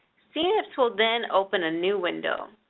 cnips will then open a new window.